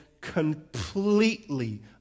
completely